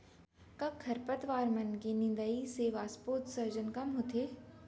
का खरपतवार मन के निंदाई से वाष्पोत्सर्जन कम होथे?